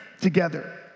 together